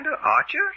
Archer